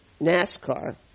NASCAR